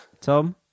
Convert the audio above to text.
Tom